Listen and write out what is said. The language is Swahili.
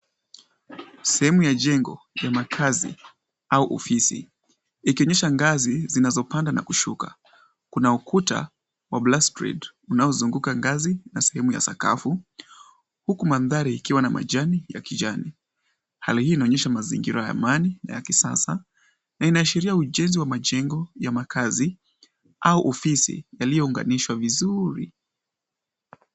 Sehemu ya jengo ya makazi au ofisi ikionyesha ngazi zinazopanda na kushuka, kuna ukuta wa Blacskrid unaozunguka ngazi na sehemu ya sakafu huku mandhari ikiwa na majani ya kijani. Hali hii inaonyesha mazingira ya amani na ya kisasa na inaashiria ujenzi wa majengo ya makaazi au ofisi yaliyounganishwa vizuri.